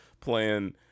playing